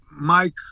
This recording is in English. Mike